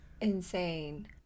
Insane